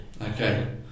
Okay